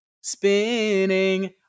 Spinning